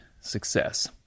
success